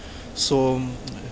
so